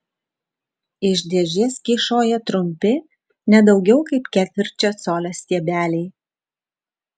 iš dėžės kyšojo trumpi ne daugiau kaip ketvirčio colio stiebeliai